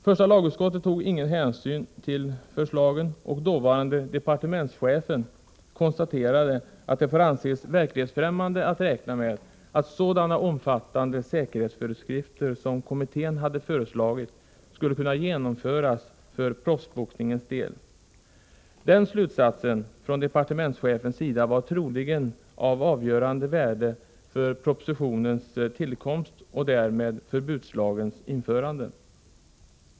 Första lagutskottet tog ingen hänsyn till förslagen, och dåvarande departementschefen konstaterade att det får anses verklighetsfrämmande att räkna med att sådana omfattande säkerhetsföreskrifter som kommittén hade föreslagit skulle kunna genomföras för proffsboxningens del. Den slutsatsen från departementschefens sida var troligen av avgörande betydelse för propositionens tillkomst och därmed förbudslagens införande.